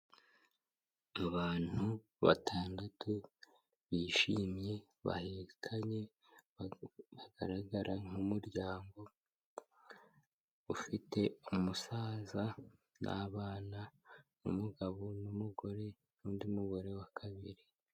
Abantu batandatu bishimye bahekanye bagaragara nk'umuryango ufite umusaza n'abana n'umugabo n'umugore n'undi mugore wa kabiri.